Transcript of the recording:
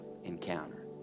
encounter